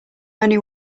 only